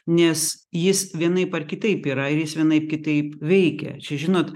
nes jis vienaip ar kitaip yra ir jis vienaip kitaip veikia čia žinot